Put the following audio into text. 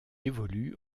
évolue